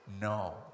no